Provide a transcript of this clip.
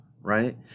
Right